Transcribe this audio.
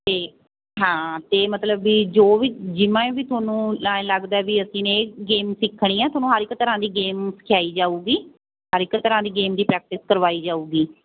ਅਤੇ ਹਾਂ ਅਤੇ ਮਤਲਬ ਵੀ ਜੋ ਵੀ ਜਿਵੇਂ ਵੀ ਤੁਹਾਨੂੰ ਐਂਏ ਲੱਗਦਾ ਵੀ ਅਸੀਂ ਨੇ ਗੇਮ ਸਿੱਖਣੀ ਆ ਤੁਹਾਨੂੰ ਹਰ ਇੱਕ ਤਰ੍ਹਾਂ ਦੀ ਗੇਮ ਸਿਖਾਈ ਜਾਊਗੀ ਹਰ ਇੱਕ ਤਰ੍ਹਾ ਦੀ ਗੇਮ ਦੀ ਪ੍ਰੈਕਟਿਸ ਕਰਵਾਈ ਜਾਊਗੀ